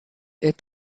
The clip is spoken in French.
est